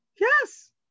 Yes